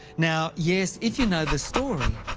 now, yes, if you know the story,